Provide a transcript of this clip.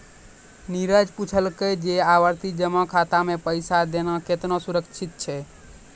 नीरज पुछलकै जे आवर्ति जमा खाता मे पैसा देनाय केतना सुरक्षित छै?